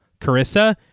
Carissa